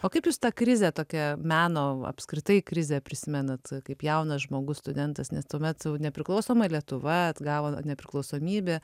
o kaip jūs tą krizę tokią meno apskritai krizę prisimenat kaip jaunas žmogus studentas nes tuomet nepriklausoma lietuva atgavo nepriklausomybę